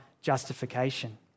justification